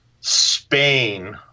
spain